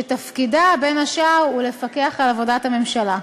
שתפקידה, בין השאר, הוא לפקח על עבודת הממשלה.